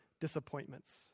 disappointments